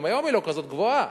גם היום היא לא כזאת גבוהה,